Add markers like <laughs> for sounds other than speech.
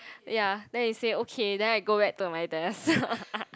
ya then he say okay then I go back to my desk <laughs>